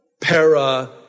para